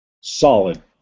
Solid